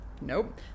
Nope